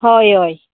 हय हय